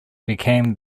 became